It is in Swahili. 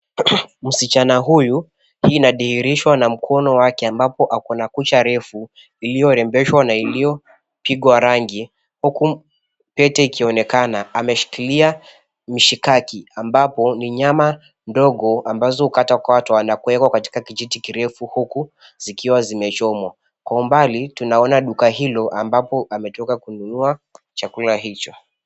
Msichana huyu, hii inadhihirishwa na mkono wake ambapo ako na kucha refu iliyorembeshwa na iliyopigwa rangi huku pete ikionekana. Ameshikilia mishikaki ambapo ni nyama ndogo ambazo hukatwakatwa na kuwekwa katika kijiti kirefu huku zikiwa zimechomwa. Kwa umbali tunaona duka hilo ambapo ametoka kununua chakula hicho.